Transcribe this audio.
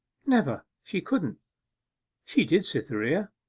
never! she couldn't she did, cytherea.